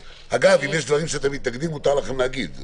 אגב, אם יש דברים שאתם מתנגדים, מותר לכם להגיד.